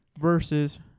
versus